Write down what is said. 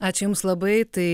ačiū jums labai tai